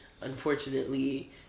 unfortunately